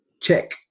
check